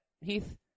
Heath